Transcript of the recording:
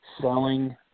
selling